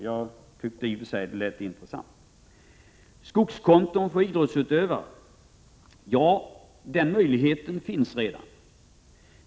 Jag tyckte i och för sig att det lät intressant. Skogskonto för idrottsutövare — den möjligheten finns redan.